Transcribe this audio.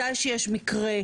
מתי שיש מקרה,